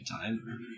time